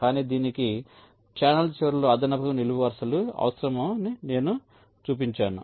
కానీ దీనికి ఛానెల్ చివరిలో అదనపు నిలువు వరుసలు అవసరమని నేను చూపించాను